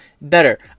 better